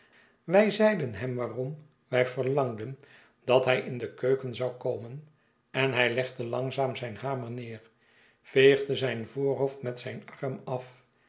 wij zeiden hem waarom wij verlangden dat hij in de keuken zou komen en hij legde langzaam zijn hamer neer veegde zijn voorhoofd met zijn arm af